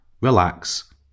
relax